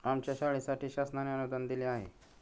आमच्या शाळेसाठी शासनाने अनुदान दिले आहे